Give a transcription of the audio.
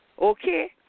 Okay